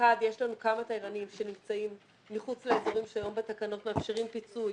לנו כמה תיירנים שנמצאים מחוץ לאזורים שהיום בתקנות מאפשרים פיצוי